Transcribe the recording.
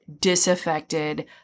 disaffected